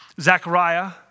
Zechariah